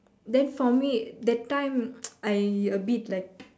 then for me that time I a bit like